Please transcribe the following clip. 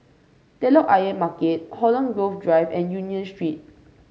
Telok Ayer Market Holland Grove Drive and Union Street